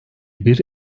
bir